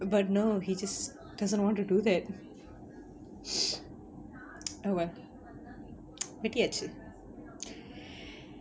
but no he just doesn't want to do that oh well வெட்டியாச்சு:vettiyaachu